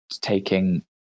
taking